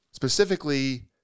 Specifically